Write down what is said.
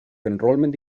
enrollment